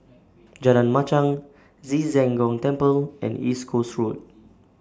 Jalan Machang Ci Zheng Gong Temple and East Coast Road